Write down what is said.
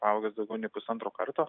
augęs daugiau nei pusantro karto